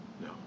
No